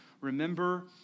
remember